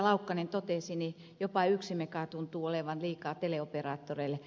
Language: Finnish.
laukkanen totesi jopa yksi mega tuntuu olevan liikaa teleoperaattoreille